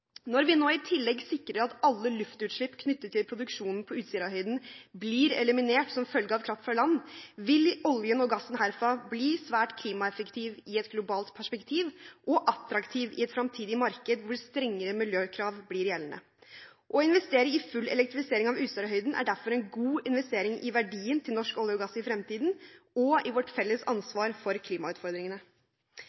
Når vi nå i tillegg sikrer at alle luftutslipp knyttet til produksjonen på Utsirahøyden, blir eliminert, som følge av kraft fra land, vil oljen og gassen herfra blir svært klimaeffektiv i et globalt perspektiv og attraktiv i et fremtidig marked, hvor strengere miljøkrav blir gjeldende. Å investere i full elektrifisering av Utsirahøyden er derfor en god investering i verdien til norsk olje og gass i fremtiden og i vårt felles